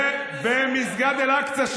במסגד אל-אקצא,